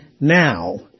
now